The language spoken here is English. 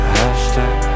Hashtag